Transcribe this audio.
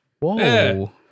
Whoa